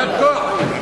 עמדת כוח?